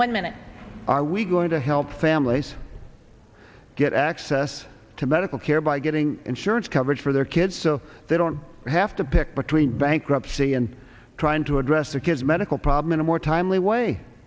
one minute are we going to help families get access to medical care by getting insurance coverage for their kids so they don't have to pick between bankruptcy and trying to address their kids medical problem in a more timely way